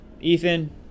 Ethan